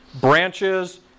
branches